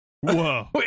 Whoa